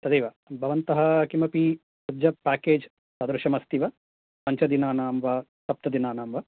तदेव भवन्तः किमपि पैकेज् तादृशम् अस्ति वा पञ्चदिनानां वा सप्तदिनानां वा